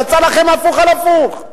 יצא לכם הפוך על הפוך.